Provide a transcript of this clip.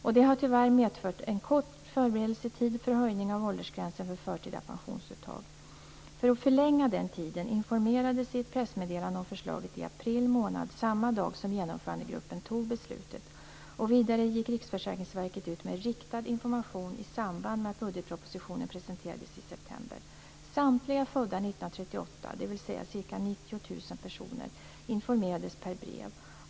Detta har tyvärr medfört en kort förberedelsetid för höjning av åldersgränsen för förtida pensionsuttag. För att förlänga den tiden informerade vi om förslaget i ett pressmeddelande i april månad, samma dag som Genomförandegruppen fattade beslutet. Vidare gick Riksförsäkringsverket ut med riktad information i samband med att budgetpropositionen presenterades i september. Samtliga födda 1938, dvs. ca 90 000 personer, informerades per brev.